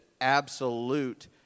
absolute